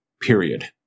period